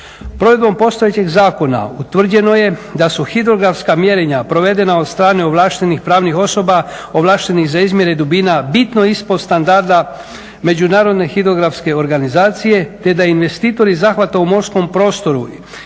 Provedbom postojećeg zakona utvrđeno je da su hidrografska mjerenja provedena od strane ovlaštenih pravnih osoba ovlaštenih za izmjere dubina bitno ispod standarda međunarodne hidrografske organizacije te da investitori zahvata u morskom prostoru